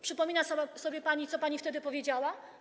Przypomina sobie pani, co pani wtedy powiedziała?